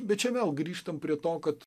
bet čia vėl grįžtam prie to kad